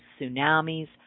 tsunamis